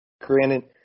Granted